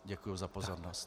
Děkuji za pozornost.